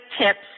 tips